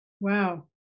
Wow